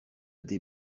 des